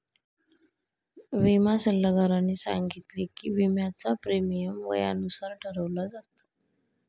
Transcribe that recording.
विमा सल्लागाराने सांगितले की, विम्याचा प्रीमियम वयानुसार ठरवला जातो